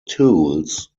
tools